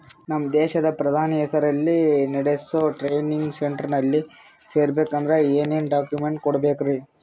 ನಮ್ಮ ದೇಶದ ಪ್ರಧಾನಿ ಹೆಸರಲ್ಲಿ ನೆಡಸೋ ಟ್ರೈನಿಂಗ್ ಸೆಂಟರ್ನಲ್ಲಿ ಸೇರ್ಬೇಕಂದ್ರ ಏನೇನ್ ಡಾಕ್ಯುಮೆಂಟ್ ಕೊಡಬೇಕ್ರಿ?